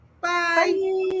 Bye